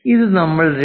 ഇത് നമ്മൾ 2